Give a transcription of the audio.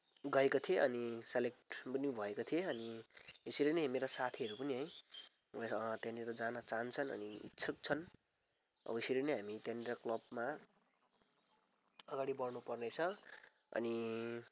गएको थिएँ अनि सेलेक्ट पनि भएको थिएँ अनि यसरी नै मेरो साथीहरू पनि है र त्यहाँनिर जान चाहन्छन् अनि इच्छुक छन् अब यसरी नै हामी त्यहाँनिर क्लबमा अगाडि बढ्नुपर्नेछ अनि